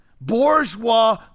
Bourgeois